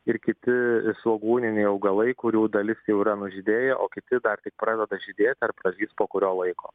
ir kiti svogūniniai augalai kurių dalis jau yra nužydėję o kiti dar tik pradeda žydėt ar pražys po kurio laiko